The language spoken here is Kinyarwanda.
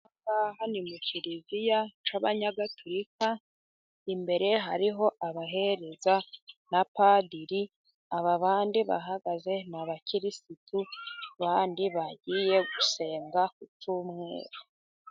Aha ni mu kiliziya cy'abanyagatulika. Imbere hariho abahereza na padir. Aba bandi bahagaze ni abakirisitu bandi bagiye gusenga ku cyumweru.